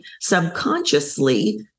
subconsciously